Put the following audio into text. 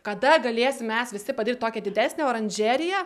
kada galėsim mes visi padaryt tokią didesnę oranžeriją